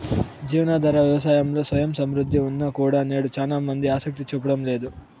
జీవనాధార వ్యవసాయంలో స్వయం సమృద్ధి ఉన్నా కూడా నేడు చానా మంది ఆసక్తి చూపడం లేదు